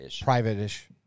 private-ish